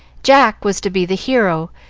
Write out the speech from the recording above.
jack was to be the hero,